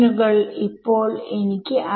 i നിങ്ങളുടെ integer ആണ് complex അല്ല